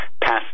passed